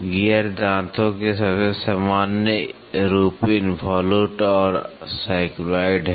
gear दांतों के सबसे सामान्य रूप इनवॉल्यूट और साइक्लॉयड हैं